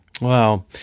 Wow